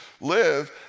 live